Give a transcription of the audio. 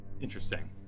Interesting